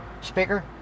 speaker